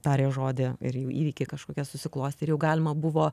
tarė žodį ir jų įvykiai kažkokie susiklostė ir jau galima buvo